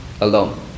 alone